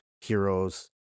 heroes